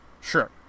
Sure